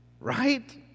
right